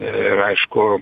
ir aišku